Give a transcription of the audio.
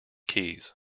keys